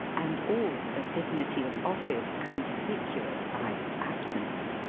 and all the dignity of office conspicuous by its absence.